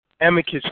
amicus